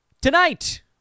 Tonight